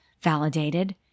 validated